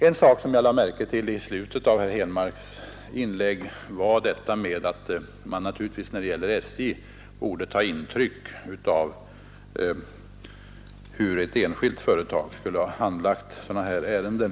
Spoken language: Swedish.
I slutet av herr Henmarks inlägg lade jag märke till hans uttalande om att SJ naturligtvis borde ta intryck av hur ett enskilt företag skulle ha handlagt sådana här ärenden.